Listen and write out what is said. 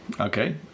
okay